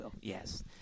Yes